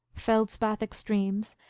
feldspathic streams,